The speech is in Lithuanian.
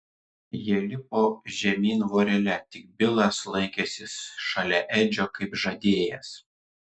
jie lipo žemyn vorele tik bilas laikėsi šalia edžio kaip žadėjęs